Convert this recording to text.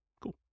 Cool